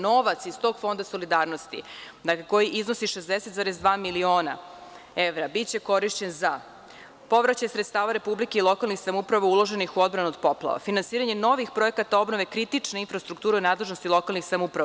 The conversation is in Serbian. Novac iz tog Fonda solidarnosti koji iznosi 60,2 miliona evra biće korišćen za povraćaj sredstava Republike i lokalnih samouprava uloženih u odbranu od poplava, finansiranjem novih projekata obnove kritične infrastrukture u nadležnosti lokalnih samouprava.